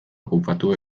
okupatu